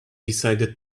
decided